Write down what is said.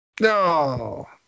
No